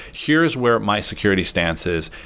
here is where my security stance is.